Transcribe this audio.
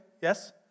yes